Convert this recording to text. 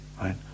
right